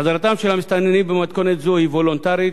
חזרתם של המסתננים במתכונת זאת היא וולונטרית